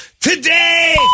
Today